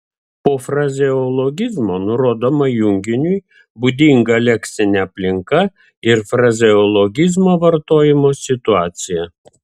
po frazeologizmo nurodoma junginiui būdinga leksinė aplinka ir frazeologizmo vartojimo situacija